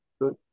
Good